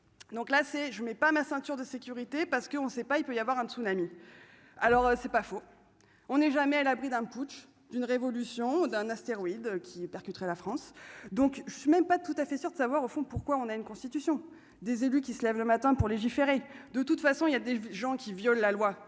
donc là c'est je mets pas ma ceinture de sécurité parce qu'on ne sait pas, il peut y avoir un tsunami alors c'est pas faux, on est jamais à l'abri d'un putsch d'une révolution d'un astéroïde qui la France donc je suis même pas tout à fait sûr de savoir, au fond, pourquoi on a une constitution des élus qui se lève le matin pour légiférer, de toute façon, il y a des gens qui viole la loi